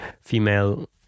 female